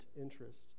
interest